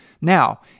Now